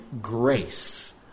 grace